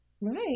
right